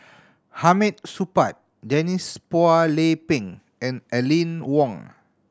Hamid Supaat Denise Phua Lay Peng and Aline Wong